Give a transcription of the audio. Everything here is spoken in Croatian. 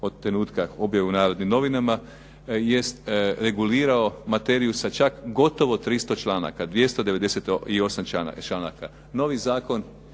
od trenutka objave u “Narodnim novinama“ jest regulirao materiju sa čak gotovo 300 članaka, 298 članaka. Novi zakon